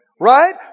Right